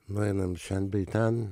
nueinam šen bei ten